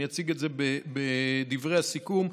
אני אציג בדברי הסיכום.